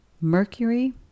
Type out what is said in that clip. Mercury